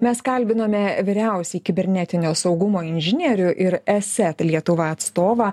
mes kalbinome vyriausiąjį kibernetinio saugumo inžinierių ir eset lietuva atstovą